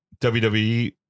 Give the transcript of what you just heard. WWE